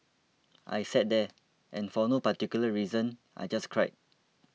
I sat there and for no particular reason I just cried